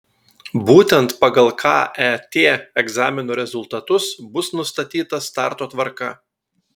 būtent pagal ket egzamino rezultatus bus nustatyta starto tvarka